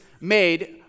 made